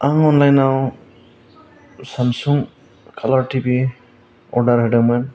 आं अनलाइन आव सेमसां कालार टिभि अरदार होदोंमोन